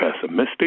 pessimistic